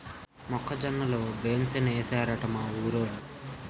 మొక్క జొన్న లో బెంసేనేశారట మా ఊరోలు